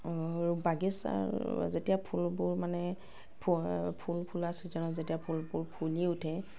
বাগিচাৰ যেতিয়া ফুলবোৰ মানে ফুল ফুলাৰ চিজনত যেতিয়া ফুলবোৰ ফুলি উঠে